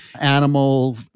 animal